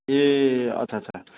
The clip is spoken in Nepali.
ए अच्छा अच्छा